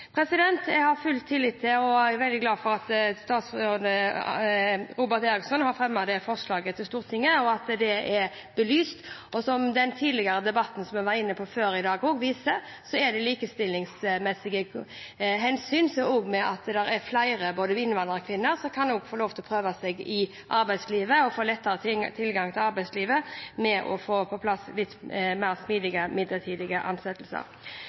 Jeg har full tillit til statsråd Robert Eriksson og er veldig glad for at han har fremmet dette forslaget for Stortinget, og at det er belyst. Og som debatten som vi var inne på tidligere i dag, også viser, er det tatt likestillingsmessige hensyn ved at det er flere, også innvandrerkvinner, som kan få lov til å prøve seg i arbeidslivet og få lettere tilgang til arbeidslivet ved å få på plass litt mer smidige midlertidige ansettelser.